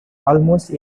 almost